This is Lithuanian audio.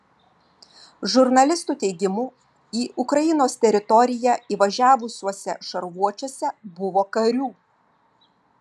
žurnalistų teigimu į ukrainos teritoriją įvažiavusiuose šarvuočiuose buvo karių